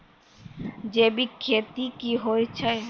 जैविक खेती की होय छै?